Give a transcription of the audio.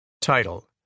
Title